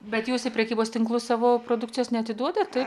bet jūs į prekybos tinklus savo produkcijos neatiduodat taip